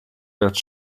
werd